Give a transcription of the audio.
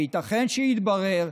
וייתכן שיתברר,